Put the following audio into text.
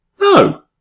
No